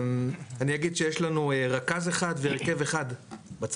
אני אגיד שיש לנו רכז אחד והרכב אחד בצפון,